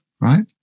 right